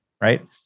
right